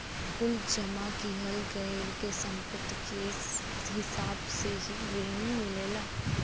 कुल जमा किहल गयल के सम्पत्ति के हिसाब से ही रिन मिलला